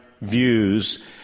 views